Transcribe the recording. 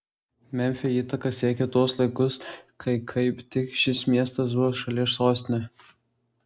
memfio įtaka siekė tuos laikus kai kaip tik šis miestas buvo šalies sostinė